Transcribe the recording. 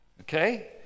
okay